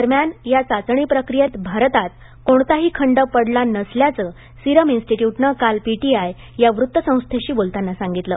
दरम्यान या चाचणी प्रक्रियेत भारतात कोणताही खंड पडला नसल्याचं सिरम इन्स्टीट्यूटनं काल पी टी आय या वृत्त संस्थेशी बोलताना सांगितलं